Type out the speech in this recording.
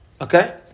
okay